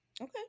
Okay